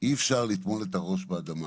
אי אפשר לטמון את הראש באדמה